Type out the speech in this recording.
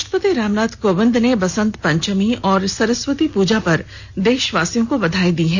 राष्ट्रपति रामनाथ कोविंद ने वसंत पंचमी और सरस्वती पूजा पर देशवासियों को बधाई दी है